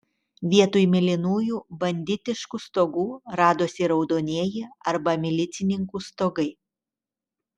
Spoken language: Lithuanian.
vietoj mėlynųjų banditiškų stogų radosi raudonieji arba milicininkų stogai